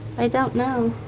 i don't know.